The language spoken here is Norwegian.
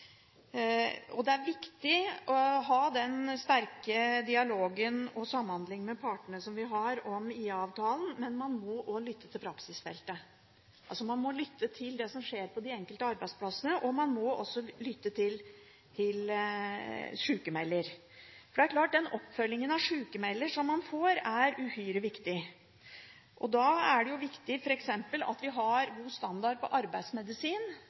Det er viktig å ha den sterke dialogen og samhandlingen med partene som vi har når det gjelder IA-avtalen, men man må også lytte til praksisfeltet. Man må lytte til det som skjer på de enkelte arbeidsplassene. Man må også lytte til sykmelder, for det er klart at den oppfølgingen som man får av sykmelder, er uhyre viktig. Da er det f.eks. viktig at vi har god standard på arbeidsmedisin